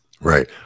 Right